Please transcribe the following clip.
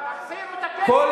תחזירו את הכסף.